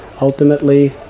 Ultimately